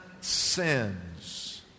sins